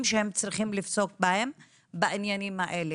שהם צריכים לפסוק בהם בעניינים האלה,